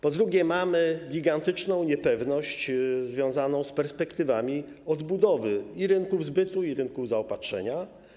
Po drugie, mamy gigantyczną niepewność związaną z perspektywami odbudowy rynków zbytu i rynku zaopatrzenia.